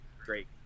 great